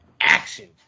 action